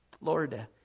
Lord